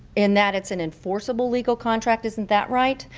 in that it's an enforceable legal contract isn't that right?